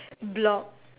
block